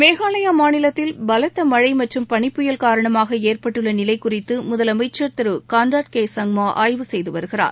மேகாலயா மாநிலத்தில் பலத்த மழை மற்றும் பனிபுயல் காரணமாக ஏற்பட்டுள்ள நிலை குறித்து முதலமைச்சர் திரு கோன்ராடு கே சங்மா ஆய்வு செய்து வருகிறார்